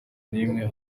n’imwe